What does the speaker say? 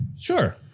Sure